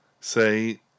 say